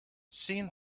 seen